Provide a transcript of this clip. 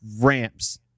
ramps